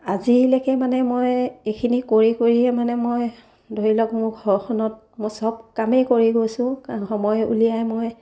আজিলেকে মানে মই এইখিনি কৰি কৰিয়ে মানে মই ধৰি লওক মোৰ ঘৰখনত মই সব কামেই কৰি গৈছোঁ সময় উলিয়াই মই